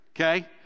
okay